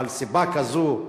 אבל סיבה כזו,